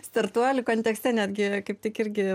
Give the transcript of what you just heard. startuolių kontekste netgi kaip tik irgi